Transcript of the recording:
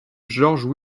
georges